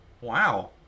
Wow